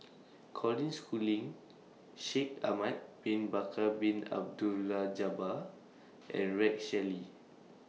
Colin Schooling Shaikh Ahmad Bin Bakar Bin Abdullah Jabbar and Rex Shelley